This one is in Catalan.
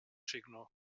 signo